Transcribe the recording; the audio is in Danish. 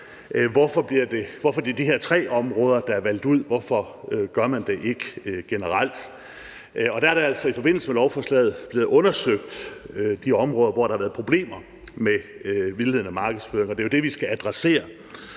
hvorfor det er de her tre områder, der er valgt ud, og hvorfor man ikke gør det generelt. Der er det altså i forbindelse med lovforslaget blevet undersøgt, på hvilke områder der har været problemer med vildledende markedsføring – det er jo det, vi skal adressere